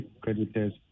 creditors